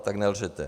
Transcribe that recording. Tak nelžete.